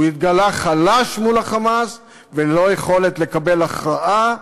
הוא התגלה חלש מול ה"חמאס" וללא יכולת לקבל הכרעה.